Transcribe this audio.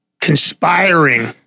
Conspiring